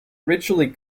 ritually